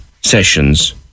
sessions